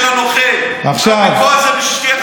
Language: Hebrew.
עזוב אותו.